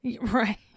Right